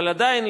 אבל עדיין,